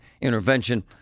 intervention